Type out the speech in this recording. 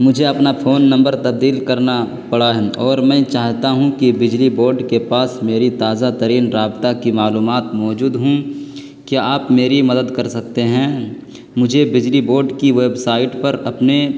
مجھے اپنا phone number تبدیل کرنا پڑا ہے اور میں چاہتا ہوں کہ بجلی بوڈ کے پاس میری تازہ ترین رابطہ کی معلومات موجود ہوں کیا آپ میری مدد کر سکتے ہیں مجھے بجلی بوڈ کی ویبسائٹ پر اپنے